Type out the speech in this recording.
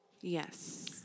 Yes